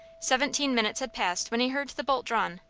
seventeen minutes had passed when he heard the bolt drawn.